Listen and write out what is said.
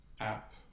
app